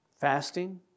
fasting